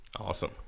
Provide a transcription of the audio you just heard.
Awesome